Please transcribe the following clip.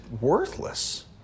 worthless